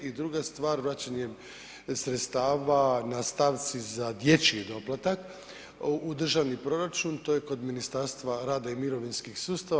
I druga stvar vraćanje sredstava na stavci za dječji doplatak u državni proračun, to je kod Ministarstva rada i mirovinskih sustava.